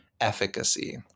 efficacy